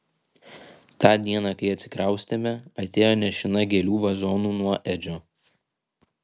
tą dieną kai atsikraustėme atėjo nešina gėlių vazonu nuo edžio